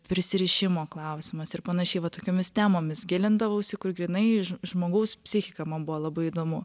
prisirišimo klausimas ir panašiai va tokiomis temomis gilindavausi kur grynai žmogaus psichika man buvo labai įdomu